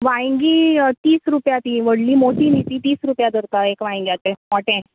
वांयगी तीस रुपया तीं वडली मोठी नी तीं तीस रुपया धरता एक वांयग्याचें मोठें